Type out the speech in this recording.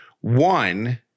One